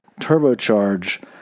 turbocharge